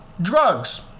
drugs